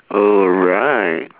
alright